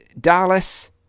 Dallas